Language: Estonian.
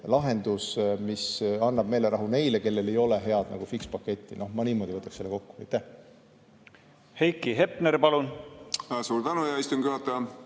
mis annab meelerahu neile, kellel ei ole head fikspaketti. Ma niimoodi võtaks selle kokku.